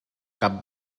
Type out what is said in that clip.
cap